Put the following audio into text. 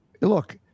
look